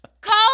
Call